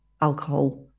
alcohol